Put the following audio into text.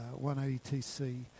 180TC